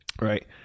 Right